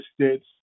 states